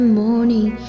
morning